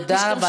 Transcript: תודה.